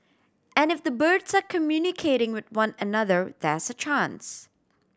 and if the birds are communicating with one another there's a chance